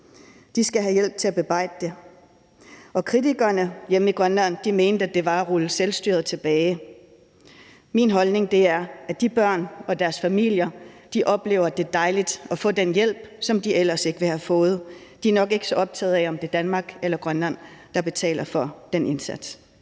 skal have hjælp til at bearbejde det. Kritikerne hjemme i Grønland mente, at det var at rulle selvstyret tilbage. Min holdning er, at de børn og deres familier oplever, at det er dejligt at få den hjælp, som de ellers ikke ville have fået. De er nok ikke så optaget af, om det er Danmark eller Grønland, der betaler for den indsats.